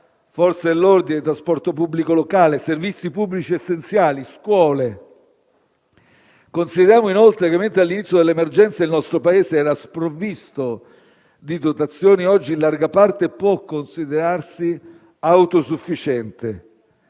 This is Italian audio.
Forze dell'ordine, trasporto pubblico locale, servizi pubblici essenziali, scuole. Consideriamo inoltre che, mentre all'inizio dell'emergenza il nostro Paese era sprovvisto di dotazioni, oggi, in larga parte, può considerarsi autosufficiente.